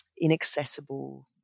inaccessible